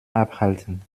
abhalten